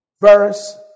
verse